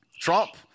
trump